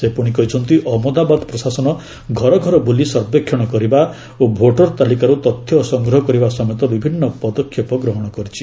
ସେ ପୁଣି କହିଛନ୍ତି ଅହଜ୍ଞଦାବାଦ ପ୍ରଶାସନ ଘର ଘର ବୁଲି ସର୍ବେକ୍ଷଣ କରିବା ଓ ଭୋଟର ତାଲିକାରୁ ତଥ୍ୟ ସଂଗ୍ରହ କରିବା ସମେତ ବିଭିନ୍ନ ପଦକ୍ଷେପ ଗ୍ରହଣ କରିଛି